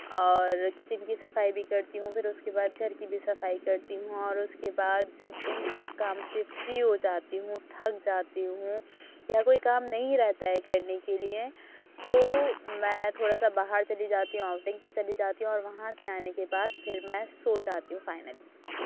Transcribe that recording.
اور کچن کی صفائی بھی کرتی ہوں پھر اس کے بعد گھر کی بھی صفائی کرتی ہوں اور اس کے بعد جب ان سب کام سے فری ہو جاتی ہوں تھک جاتی ہوں یا کوئی کام نہیں رہتا ہے کرنے کے لیے تو میں تھوڑا سا باہر چلی جاتی ہوں آؤٹنگ پر چلی جاتی ہوں اور وہاں سے آنے کے بعد پھر میں سو جاتی ہوں فائنلی